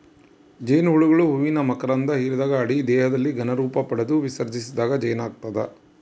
ಜೇನುಹುಳುಗಳು ಹೂವಿನ ಮಕರಂಧ ಹಿರಿದಾಗ ಅಡಿ ದೇಹದಲ್ಲಿ ಘನ ರೂಪಪಡೆದು ವಿಸರ್ಜಿಸಿದಾಗ ಜೇನಾಗ್ತದ